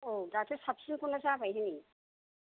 औ दाथ' साबसिनखौनो जाबाय होनो